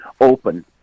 open